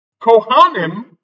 Kohanim